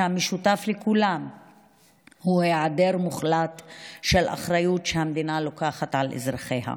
שהמשותף לכולם הוא היעדר מוחלט של אחריות שהמדינה לוקחת על אזרחיה.